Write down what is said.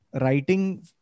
writing